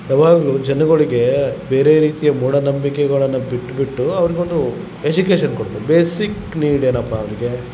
ಯಾವಾಗಲು ಜನಗಳಿಗೆ ಬೇರೆ ರೀತಿಯ ಮೂಢ ನಂಬಿಕೆಗಳನ್ನು ಬಿಟ್ಬಿಟ್ಟು ಅವರಿಗೊಂದು ಎಜುಕೇಶನ್ ಕೊಡಬೇಕು ಬೇಸಿಕ್ ನೀಡ್ ಏನಪ್ಪಾ ಅವರಿಗೆ